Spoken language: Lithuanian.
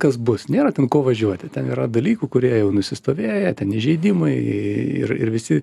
kas bus nėra ko važiuoti ten yra dalykų kurie jau nusistovėję ten įžeidimai ir ir visi